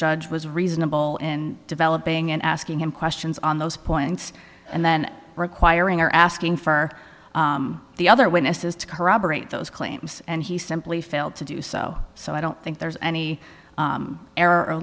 judge was reasonable in developing and asking him questions on those points and then requiring or asking for the other witnesses to corroborate those claims and he simply failed to do so so i don't think there's any